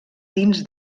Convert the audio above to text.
dins